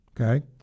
okay